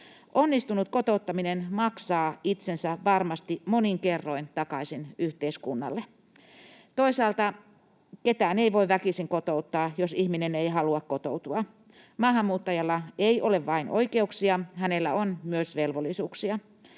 Onnistunut kotouttaminen maksaa itsensä varmasti monin kerroin takaisin yhteiskunnalle. Toisaalta ketään ei voi väkisin kotouttaa, jos ihminen ei halua kotoutua. Maahanmuuttajalla ei ole vain oikeuksia, hänellä on myös velvollisuuksia.